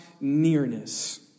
nearness